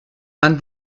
man